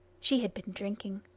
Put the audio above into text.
she had been drinking.